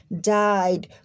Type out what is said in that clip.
died